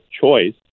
choice